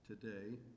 today